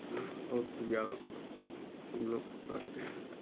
हाँ और पूजा हम लोग करते हैं